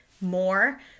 more